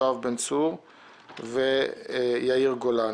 יואב בן-צור ויאיר גולן.